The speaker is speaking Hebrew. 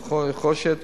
נחושת,